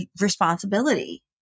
responsibility